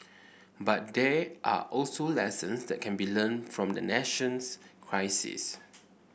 but there are also lessons that can be learnt from the nation's crisis